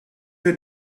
had